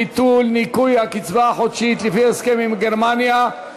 ביטול ניכוי הקצבה חודשית לפי הסכם עם גרמניה),